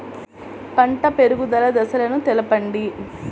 పంట పెరుగుదల దశలను తెలపండి?